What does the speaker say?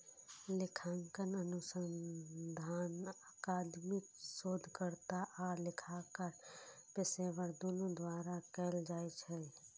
लेखांकन अनुसंधान अकादमिक शोधकर्ता आ लेखाकार पेशेवर, दुनू द्वारा कैल जाइ छै